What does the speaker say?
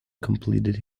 completed